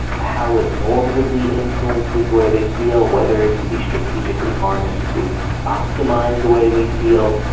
how it normatively influences the way they feel, whether it can be strategically harnessed to optimise the way we feel.